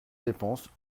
dépenses